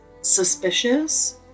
suspicious